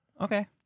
Okay